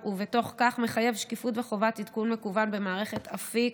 ובתוך כך מחייב שקיפות וחובת עדכון מקוון במערכת אפיק,